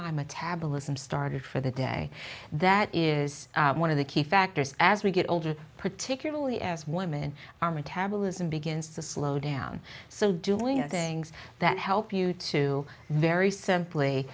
my metabolism started for the day that is one of the key factors as we get older particularly as women our metabolism begins to slow down so doing things that help you to very